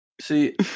See